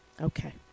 Okay